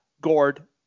Gord